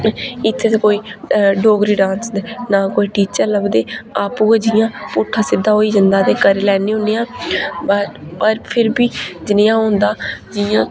इत्थै ते कोई डोगरी डांस ना कोई टीचर लभदे आपूं गै जि'यां पुट्ठा सिद्धा होई जंदा ते करी लैने आं पर फिर बी जनेहा होंदा जि'यां